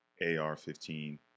AR-15